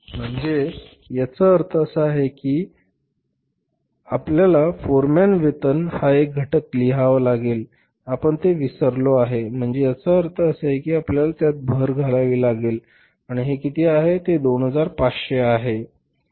म्हणजे याचा अर्थ असा आहे की येथे आपल्याला फोरमॅन वेतन हा एक घटक लिहावा लागेल आपण ते विसरलो आहे म्हणजे याचा अर्थ असा आहे की आपल्याला त्यात भर घालावी लागेल आणि हे किती आहे हे 2500 रुपये आहे